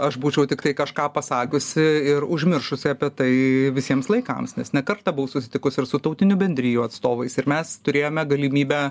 aš būčiau tiktai kažką pasakiusi ir užmiršusi apie tai visiems laikams nes ne kartą buvau susitikus ir su tautinių bendrijų atstovais ir mes turėjome galimybę